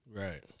right